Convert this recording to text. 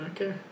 Okay